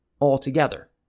altogether